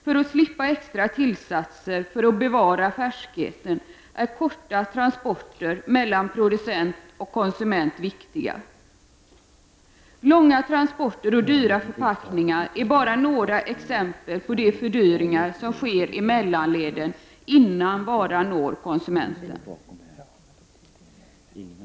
För att slippa extra tillsatser för att bevara färskheten är korta transporter mellan producent och konsument viktiga. Långa transporter och dyra förpackningar är bara några exempel på de fördyringar som sker i mellanleden, innan varan når konsumenten.